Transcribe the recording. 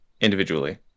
individually